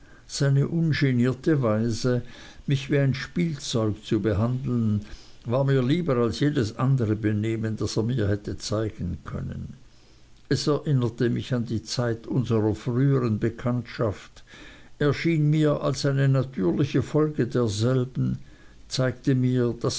seine ungenierte weise mich wie ein spielzeug zu behandeln war mir lieber als jedes andere benehmen das er mir hätte zeigen können es erinnerte mich an die zeit unserer frühern bekanntschaft erschien mir als eine natürliche folge derselben zeigte mir